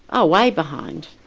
oh way behind.